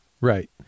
Right